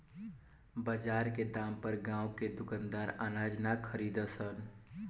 बजार के दाम पर गांव के दुकानदार अनाज ना खरीद सन